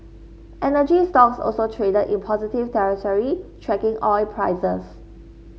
energy stocks also traded in positive territory tracking oil prices